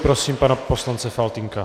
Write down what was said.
Prosím pana poslance Faltýnka.